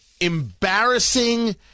Embarrassing